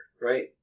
right